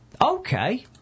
Okay